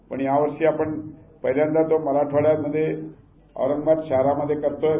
पण या वर्षी आपण पहिल्यांदा तो मराठवाड्यामध्ये औरंगाबाद शहरामध्ये करतोय